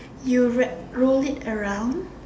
you wrap roll it around